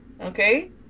Okay